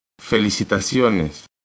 Felicitaciones